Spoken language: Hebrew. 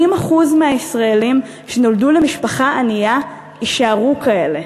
80% מהישראלים שנולדו למשפחה ענייה יישארו כאלה.